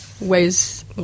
ways